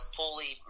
fully